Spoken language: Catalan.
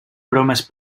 bromes